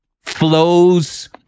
flows